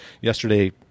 yesterday